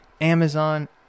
Amazon